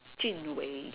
Jun-Wei